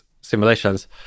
simulations